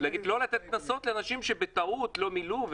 לא לתת קנסות לאנשים שבטעות לא מילאו.